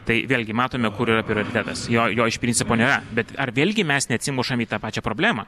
tai vėlgi matome kur yra prioritetas jo jo iš principo nėra bet ar vėlgi mes atsimušam į tą pačią problemą